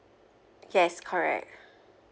yes correct